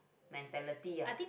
mentality ah